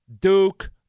Duke